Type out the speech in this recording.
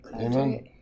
Amen